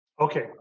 Okay